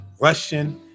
russian